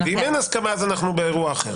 בעניין ההסכמה אנחנו באירוע אחר.